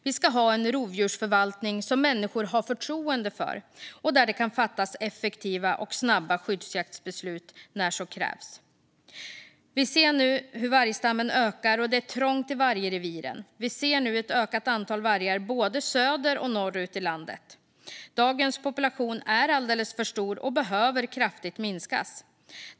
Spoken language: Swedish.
Vi ska ha en rovdjursförvaltning som människor har förtroende för och där det kan fattas effektiva och snabba skyddsjaktsbeslut när så krävs. Vi ser nu hur vargstammen ökar. Det är trångt i vargreviren, och vi ser ett ökat antal vargar både söder och norrut i landet. Dagens population är alldeles för stor och behöver kraftigt minskas.